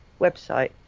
website